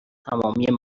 تمامی